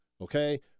okay